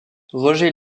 roger